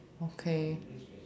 okay